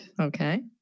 Okay